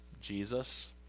Jesus